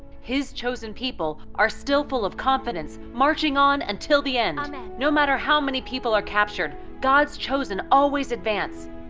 his chosen people are still full of confidence, marching on until the end. amen! no matter how many people are captured, god's chosen always advance.